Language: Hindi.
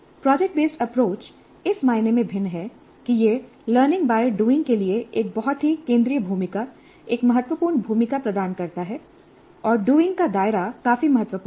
प्रोजेक्ट बेस्ड अप्रोच इस मायने में भिन्न है कि यह लर्निंग बाय डूइंग के लिए एक बहुत ही केंद्रीय भूमिका एक महत्वपूर्ण भूमिका प्रदान करता है और डूइंग का दायरा काफी महत्वपूर्ण है